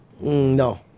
No